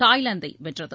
தாய்லாந்தை வென்றது